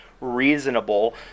reasonable